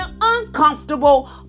uncomfortable